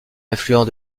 affluent